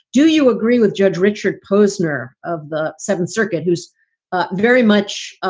do you agree with judge richard posner of the seventh circuit, who's very much